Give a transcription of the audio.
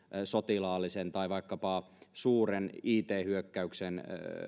sotilaallisen tai vaikkapa suuren it hyökkäyksen